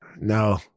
No